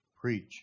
preach